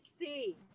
see